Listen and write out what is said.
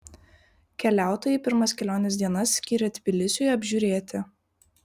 keliautojai pirmas kelionės dienas skyrė tbilisiui apžiūrėti